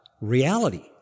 reality